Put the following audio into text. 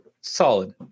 solid